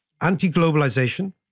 anti-globalization